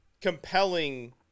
compelling